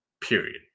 period